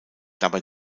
dabei